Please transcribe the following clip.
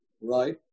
right